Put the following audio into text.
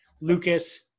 Lucas